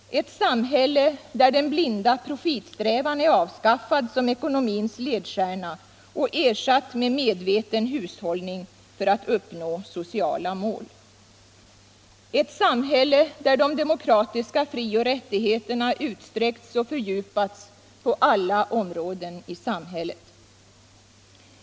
Ett samhälle, där den blinda profitsträvan är avskaffad som ekonomins ledstjärna och ersatt med medveten hushållning för att uppnå sociala mål. Ett samhälle, där de demokratiska frioch rättigheterna utsträckts och fördjupats på alla områden i samhället.